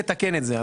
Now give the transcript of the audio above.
לתקן את זה.